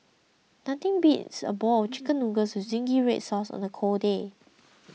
nothing beats a bowl of Chicken Noodles with Zingy Red Sauce on a cold day